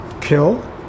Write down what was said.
kill